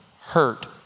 hurt